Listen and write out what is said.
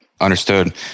Understood